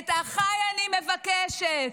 את אחיי אני מבקשת.